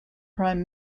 prime